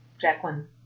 Jacqueline